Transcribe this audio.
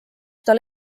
tal